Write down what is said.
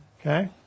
okay